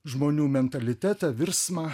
žmonių mentalitetą virsmą